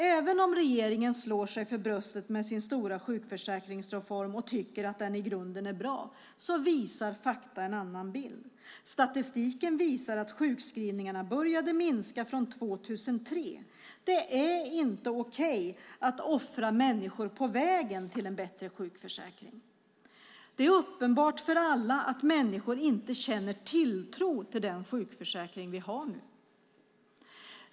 Även om regeringen slår sig för bröstet om sin stora sjukförsäkringsreform och tycker att den i grunden är bra visar fakta på en annan bild. Statistiken visar att sjukskrivningarna började minska från 2003. Det är inte okej att offra människor på vägen till en bättre sjukförsäkring. Det är uppenbart för alla att människor inte känner tilltro till den sjukförsäkring vi nu har.